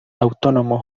autónomo